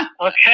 okay